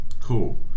cool